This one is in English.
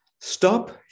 stop